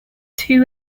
two